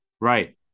Right